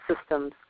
systems